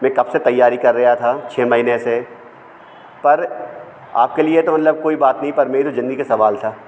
मैं कब से तयारी कर रिया था छः महीने से पर आपके लिए तो मतलब कोई बात नहीं पर मेरे तो ज़िंदगी के सवाल था